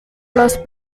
los